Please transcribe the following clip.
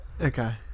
Okay